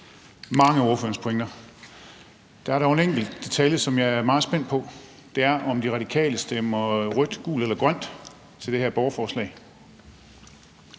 mange af ordførerens pointer. Der er dog en enkelt detalje, som jeg er meget spændt på, og det er, om De Radikale stemmer rødt, gult eller grønt til det her borgerforslag.